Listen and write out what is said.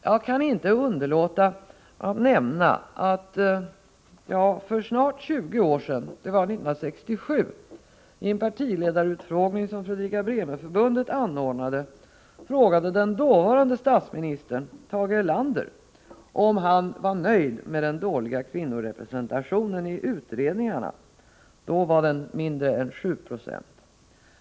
Jag kan inte underlåta att nämna att jag för snart 20 år sedan, det var 1967, i en partiledarutfrågning som Fredrika-Bremer Förbundet anordnade frågade den dåvarande statsministern Tage Erlander om han var nöjd med den dåliga kvinnorepresentationen i utredningarna. Då var den mindre än 7 90.